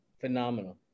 Phenomenal